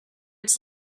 its